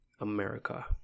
america